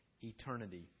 eternity